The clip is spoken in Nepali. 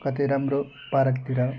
कतै राम्रो पार्कतिर